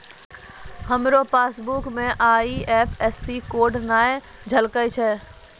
हमरो पासबुक मे IFSC code नै झलकै छै